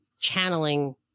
channeling